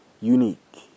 unique